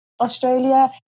Australia